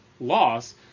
loss